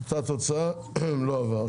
הצבעה לא אושר אותה תוצאה, לא עבר.